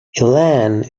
elaine